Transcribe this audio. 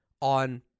on